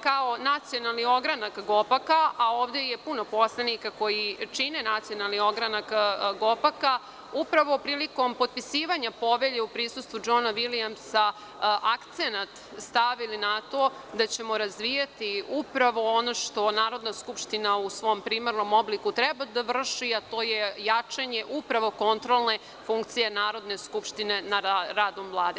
kao Nacionalni ogranak GOPAK-a, a ovde je puno poslanika koji čine Nacionalni ogranak GOPAK-a upravo prilikom potpisivanja Povelje u prisustvu Džona Vilijamsa akcenat stavili na to da ćemo razvijati ono što Narodna skupština u svom primarnom obliku treba da vrši, a to je jačanje kontrolne funkcije Narodne skupštine nad radom Vlade.